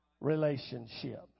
relationship